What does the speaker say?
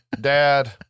dad